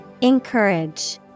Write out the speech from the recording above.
Encourage